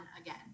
again